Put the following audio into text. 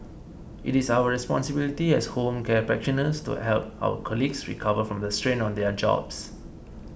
it is our responsibility as home care practitioners to help our colleagues recover from the strain of their jobs